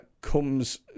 comes